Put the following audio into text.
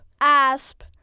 ASP